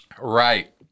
Right